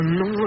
no